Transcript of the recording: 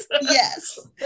Yes